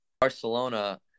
Barcelona